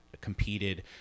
competed